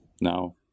Now